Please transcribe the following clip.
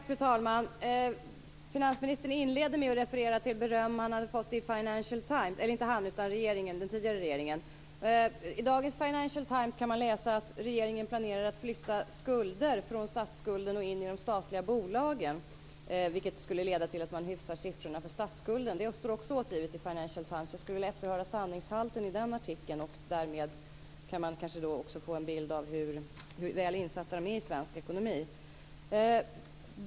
Fru talman! Finansministern inleder med att referera till det beröm som den tidigare regeringen fått i Financial Times. I dagens Financial Times kan man läsa att regeringen planerar att flytta skulder från statsskulden in i de statliga bolagen, vilket skulle leda till att man hyfsar siffrorna för statsskulden. Det står också återgivet i Financial Times. Jag skulle vilja efterhöra sanningshalten i den artikeln, och därmed kan man kanske få en bild av hur väl insatta de är i svensk ekonomi.